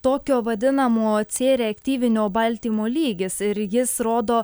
tokio vadinamo cė reaktyvinio baltymo lygis ir jis rodo